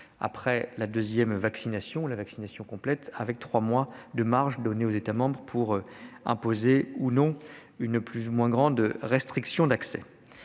mois : six mois après la vaccination complète, avec trois mois de marge accordée aux États membres pour imposer ou non une plus ou moins grande restriction d'accès.